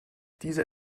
diese